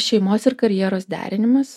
šeimos ir karjeros derinimas